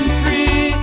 free